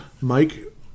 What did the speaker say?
Mike